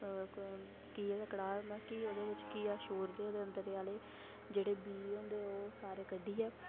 घीये दा कड़ाह् मतलब कि ओह्दे बिच घीया छोड़दे ते जेह्ड़े बीऽ होंदे न ओह् सारे कड्ढियै